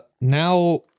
now